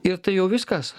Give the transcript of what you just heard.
ir tai jau viskas